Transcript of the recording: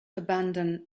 abandon